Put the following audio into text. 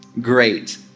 great